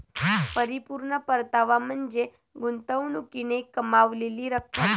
परिपूर्ण परतावा म्हणजे गुंतवणुकीने कमावलेली रक्कम